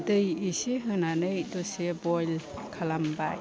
दै इसे होनानै बयल खालामबाय